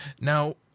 Now